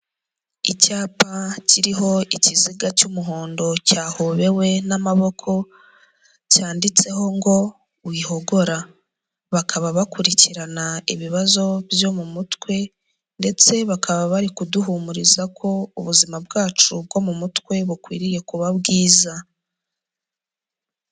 Icyapa kiriho ikiziga cy'umuhondo cyahobewe n'amaboko, cyanditseho ngo wihogora, bakaba bakurikirana ibibazo byo mu mutwe, ndetse bakaba bari kuduhumuriza ko ubuzima bwacu bwo mu mutwe bukwiriye kuba bwiza.